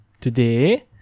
today